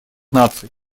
наций